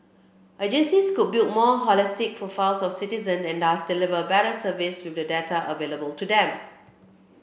agencies could build more holistic profiles of citizen and thus deliver better service with the data available to them